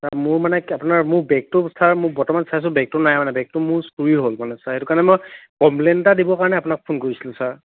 sir মোৰ মানে কি আপোনাৰ মোৰ বেগটো ছাৰ মোৰ বৰ্তমান চাইছো বেগটো নাই মানে বেগটো মোৰ চুৰি হ'ল মানে ছাৰ সেইটো কাৰণে মই কমপ্লেন এটা দিব কাৰণে আপোনাক ফোন কৰিলোঁ ছাৰ